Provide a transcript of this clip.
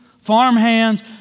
farmhands